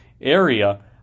area